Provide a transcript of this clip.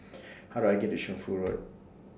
How Do I get to Shunfu Road